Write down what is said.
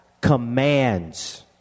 commands